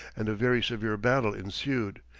and a very severe battle ensued,